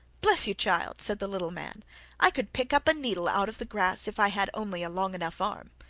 bless you, child said the little man i could pick up a needle out of the grass if i had only a long enough arm.